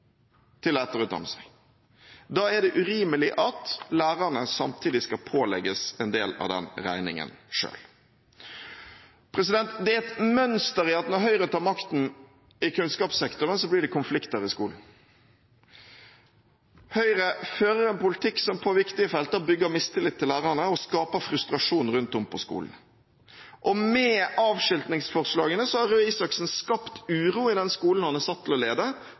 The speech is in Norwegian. til å etterutdanne seg. Da er det urimelig at lærerne samtidig skal pålegges en del av den regningen selv. Det er et mønster i at når Høyre tar makten i kunnskapssektoren, blir det konflikter i skolen. Høyre fører en politikk som på viktige felter bygger mistillit til lærerne og skaper frustrasjon rundt om på skolene, og med avskiltingsforslagene har Røe Isaksen skapt uro i den skolen han er satt til å lede,